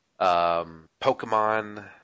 Pokemon